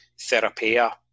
therapia